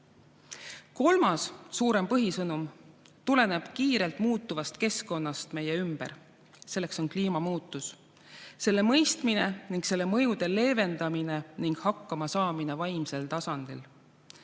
Kolmas suurem põhisõnum tuleneb kiirelt muutuvast keskkonnast meie ümber. See sõnum on kliimamuutus, selle mõistmine ning selle mõjude leevendamine ning hakkamasaamine vaimsel tasandil.